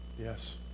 Yes